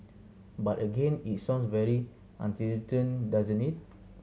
but again it sounds very doesn't it